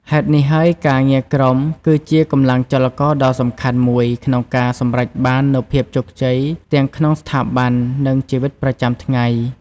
ហេតុនេះហើយការងារជាក្រុម គឺជាកម្លាំងចលករដ៏សំខាន់មួយក្នុងការសម្រេចបាននូវភាពជោគជ័យទាំងក្នុងស្ថាប័ន និងជីវិតប្រចាំថ្ងៃ។